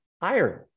iron